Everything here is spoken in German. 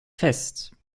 fest